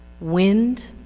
wind